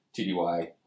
TDY